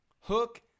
hook